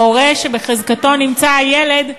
ההורה שבחזקתו נמצא הילד,